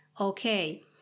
Okay